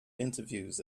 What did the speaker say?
interviews